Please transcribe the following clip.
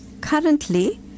Currently